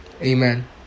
Amen